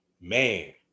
man